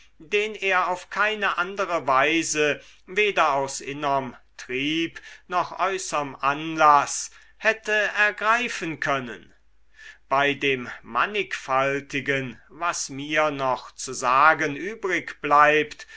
den er auf keine andere weise weder aus innerm trieb noch äußerm anlaß hätte ergreifen können bei dem mannigfaltigen was mir noch zu sagen übrigbleibt